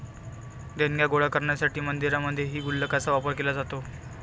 देणग्या गोळा करण्यासाठी मंदिरांमध्येही गुल्लकांचा वापर केला जातो